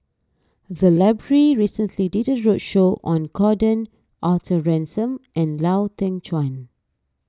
the library recently did a roadshow on Gordon Arthur Ransome and Lau Teng Chuan